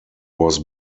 was